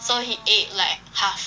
so he ate like half